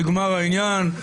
נגמר העניין,